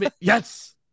Yes